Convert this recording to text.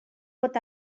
pot